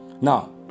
Now